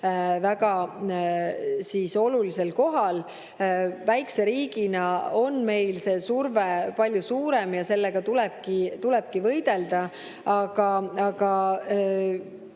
väga olulisel kohal. Väikse riigina on meil see surve palju suurem ja sellega tulebki võidelda. Aga